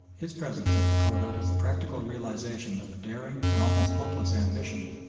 his presence at fachoda was the practical realisation of a daring and almost hopeless ambition,